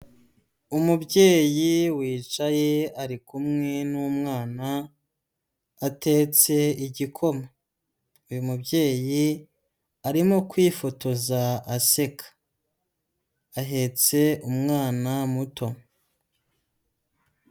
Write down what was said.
Umubyeyi wicaye ari kumwe n'umwana atetse igikoma. Uyu mubyeyi arimo kwifotoza aseka, ahetse umwana muto.